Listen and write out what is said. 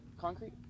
concrete